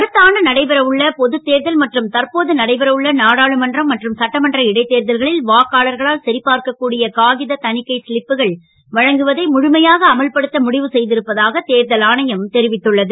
அடுத்த ஆண்டு நடைபெற உள்ள பொது தேர்தல் மற்றும் தற்போது நடைபெற உள்ள நாடாளுமன்றம் மற்றும் சட்டமன்ற இடைத் தேர்தல்களில் வாக்காளர்களால் சரிபார்க்க கூடிய காகித தணிக்கை சிலிப்புகள் வழங்குவதை முழுமையாக அமல்படுத்த முடிவு செ ருப்பதாக தேர்தல் ஆணையம் தெரிவித்துள்ளது